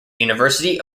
university